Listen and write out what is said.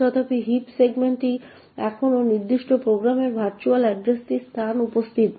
তথাপি হিপ সেগমেন্টটি এখনও নির্দিষ্ট প্রোগ্রামের ভার্চুয়াল এড্রেসটি স্থান উপস্থিত